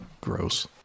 Gross